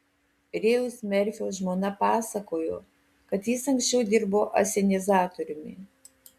rėjaus merfio žmona pasakojo kad jis anksčiau dirbo asenizatoriumi